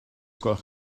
gwelwch